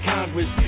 Congress